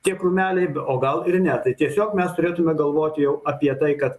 tie krūmeliai be o gal ir ne tai tiesiog mes turėtumėme galvoti jau apie tai kad